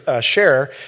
share